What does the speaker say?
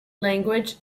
language